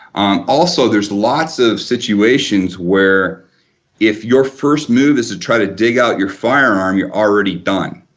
um also there's lots of situations where if your first move is to try to dig out your firearm, you're already done.